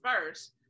first